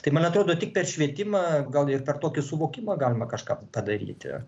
tai man atrodo tik per švietimą gal ir per tokį suvokimą galima kažką padaryti